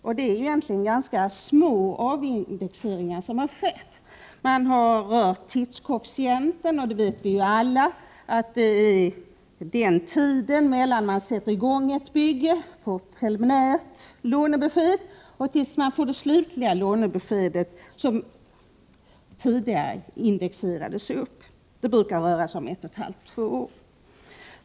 Men det är egentligen ganska små avindexeringar som har skett. Man har rört tidskoefficienten, och vi vet ju alla att därmed menas tiden från det att man sätter i gång ett bygge på preliminärt lånebesked och tills man får det slutliga lånebeskedet, som tidigare indexerades upp: Det brukar röra sig om ett och ett halvt till två år.